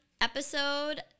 episode